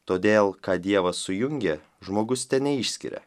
todėl ką dievas sujungė žmogus teneišskiria